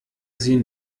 sie